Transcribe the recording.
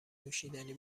نوشیدنی